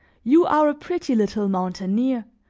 you are a pretty little mountaineer,